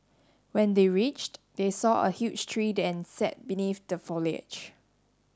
when they reached they saw a huge tree and sat beneath the foliage